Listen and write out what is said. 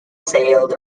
sailed